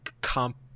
comp